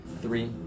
three